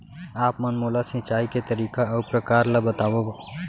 आप मन मोला सिंचाई के तरीका अऊ प्रकार ल बतावव?